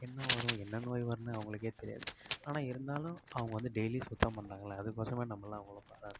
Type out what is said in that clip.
என்ன வரும் என்ன நோய் வருன்னே அவங்களுக்கே தெரியாது ஆனால் இருந்தாலும் அவங்க வந்து டெய்லி சுத்தம் பண்ணுறாங்கல்ல அதுக்கொசரமாவது நம்மல்லாம் அவங்கள பாராட்டணும்